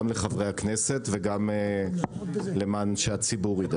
גם לחברי הכנסת וגם למען הציבור.